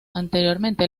anteriormente